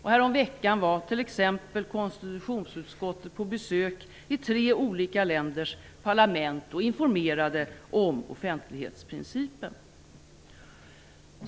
Häromveckan var t.ex. KU på besök i tre olika länders parlament och informerade om offentlighetsprincipen.